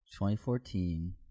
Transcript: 2014